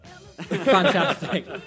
Fantastic